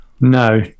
No